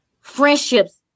friendships